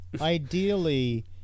ideally